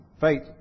faith